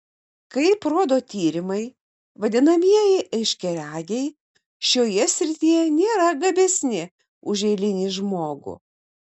kaip rodo tyrimai vadinamieji aiškiaregiai šioje srityje nėra gabesni už eilinį žmogų